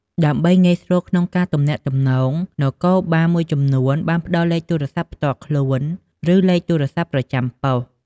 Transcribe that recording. ដើម្បីងាយស្រួលក្នុងការទំនាក់ទំនង នគរបាលមួយចំនួនបានផ្តល់លេខទូរស័ព្ទផ្ទាល់ខ្លួន ឬលេខទូរស័ព្ទប្រចាំប៉ុស្តិ៍។